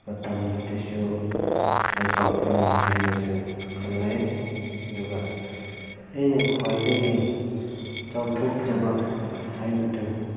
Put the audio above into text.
ꯃꯇꯝꯗꯨꯗꯁꯨ ꯃꯥꯏ ꯄꯥꯛꯄꯅꯤ ꯍꯥꯏꯅꯁꯨ ꯈꯜꯂꯦ ꯑꯗꯨꯒ ꯑꯩꯅ ꯈ꯭ꯋꯥꯏꯗꯒꯤ ꯆꯥꯎꯊꯣꯛꯆꯕ ꯍꯥꯏꯕꯗꯨ